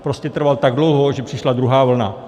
prostě to trvalo tak dlouho, že přišla druhá vlna.